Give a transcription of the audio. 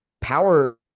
power